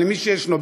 מי שישנו,